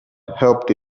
helped